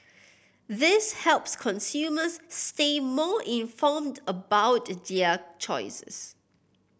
this helps consumers stay more informed about their choices